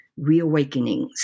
Reawakenings